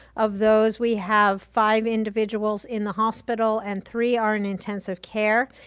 of those we have five individuals in the hospital and three are in intensive care.